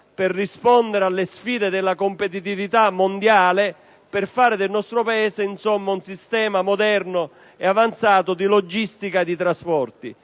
per rispondere alle sfide della competitività mondiale e per beneficiare di un sistema moderno e avanzato di logistica dei trasporti.